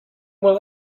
will